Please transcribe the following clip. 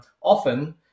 often